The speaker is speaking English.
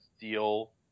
deal